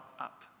up